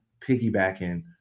piggybacking